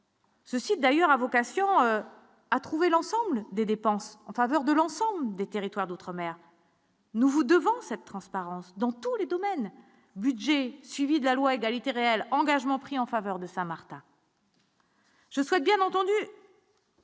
Ceci d'ailleurs a vocation à trouver l'ensemble des dépenses en faveur de l'ensemble des territoires d'outre-mer. Nous vous devant cette transparence dans tous les domaines, budget, suivi de la loi Égalité réelle engagement pris en faveur de Saint-Martin. Je souhaite bien entendu.